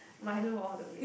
Milo all the way